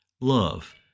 love